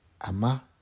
ama